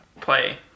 play